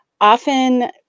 often